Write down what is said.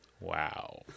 Wow